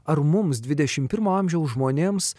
ar mums dvidešimt pirmo amžiaus žmonėms